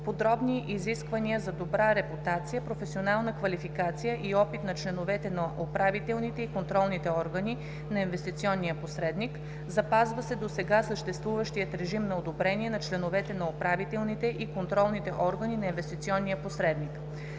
подробни изисквания за добра репутация, професионална квалификация и опит на членовете на управителните и контролните органи на инвестиционния посредник. Запазва се досега съществуващият режим на одобрение на членовете на управителните и контролните органи на инвестиционния посредник;